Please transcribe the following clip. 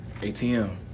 ATM